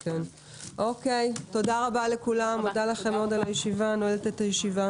אלא כן לפצל את זה בין שני מסלולים.